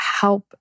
help